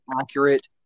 accurate